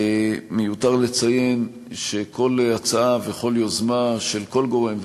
מיותר לציין שכל הצעה וכל יוזמה של כל גורם,